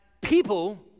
people